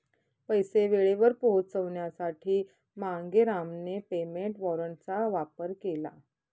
पैसे वेळेवर पोहोचवण्यासाठी मांगेरामने पेमेंट वॉरंटचा वापर केला